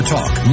Talk